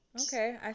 Okay